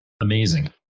amazing